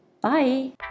Bye